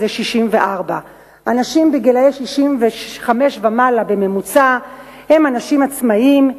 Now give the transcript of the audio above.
זה 64. אנשים גילאי 65 ומעלה בממוצע הם אנשים עצמאים,